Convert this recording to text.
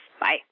Bye